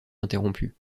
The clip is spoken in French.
interrompue